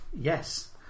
Yes